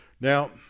Now